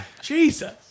Jesus